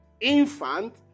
infant